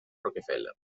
rockefeller